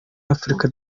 africa